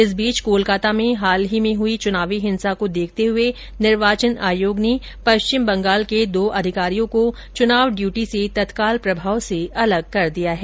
इस बीच कोलकाता में हाल में हुई चुनावी हिंसा को देखते हुए निर्वाचन आयोग ने पश्चिम बंगाल के दो अधिकारियों को चुनाव ड्यूटी से तत्काल प्रभाव से अलग कर दिया है